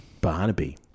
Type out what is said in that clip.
Barnaby